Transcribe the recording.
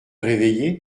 réveillé